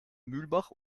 mühlbach